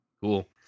cool